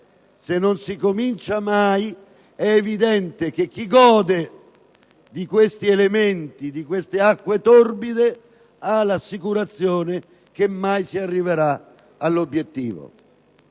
se non si comincia mai, è evidente che chi beneficia di queste acque torbide ha l'assicurazione che mai si arriverà all'obiettivo.